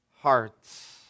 hearts